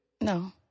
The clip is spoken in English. No